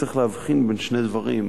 צריך להבחין בין שני דברים.